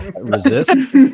Resist